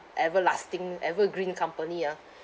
everlasting evergreen company ah